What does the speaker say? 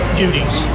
duties